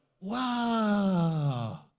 wow